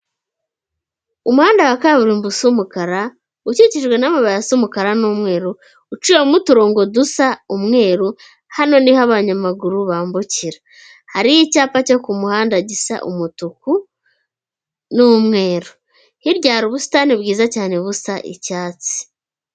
Umuhanda wa kaburimbo usa umukara, ukikijwe n'amabuye asa umukara n'umweru, uciyemo uturongo dusa umweru, hano ni ho abanyamaguru bambukira. Hariho icyapa cyo ku muhanda gisa umutuku n'umweru. Hirya hari ubusitani bwiza cyane busa icyatsi.